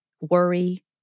worry